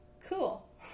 Cool